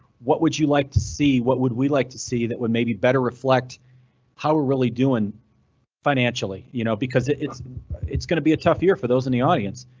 what would you like to see? what would we like to see that would maybe better reflect how we're really doing financially? you know, because it's it's going to be a tough year for those in the audience.